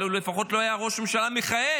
אבל הוא לפחות לא היה ראש ממשלה מכהן.